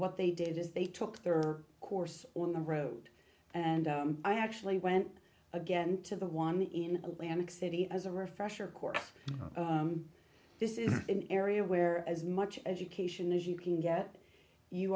what they did is they took their course on the road and i actually went again to the one in atlantic city as a refresher course this is an area where as much education as you can get you